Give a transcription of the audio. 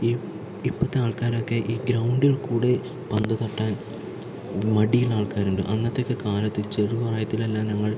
ഈ ഇപ്പോഴത്തെ ആൾക്കാരൊക്കെ ഈ ഗ്രൗണ്ടുകളിൽക്കൂടി പന്ത് തട്ടാൻ മടിയുള്ള ആൾക്കാരുണ്ട് അന്നത്തേയൊക്കെ കാലത്തു ചെറുപ്രായത്തിൽ എല്ലാം ഞങ്ങൾ